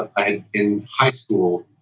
ah in high school